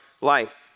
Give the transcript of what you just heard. life